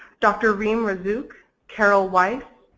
dr. rim razzouk, carol weis,